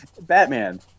Batman